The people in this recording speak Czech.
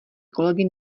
kolegy